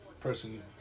person